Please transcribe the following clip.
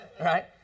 Right